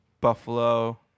Buffalo